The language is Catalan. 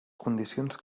condicions